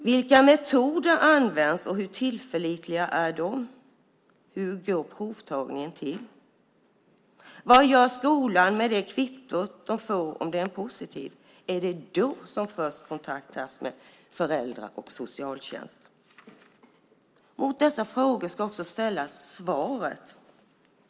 Vilka metoder används och hur tillförlitliga är de? Hur går provtagningen till? Vad gör skolan med det kvitto de får om det är positivt? Är det först då kontakt tas med föräldrar och socialtjänst? Mot dessa frågor ska svaret ställas.